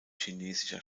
chinesischer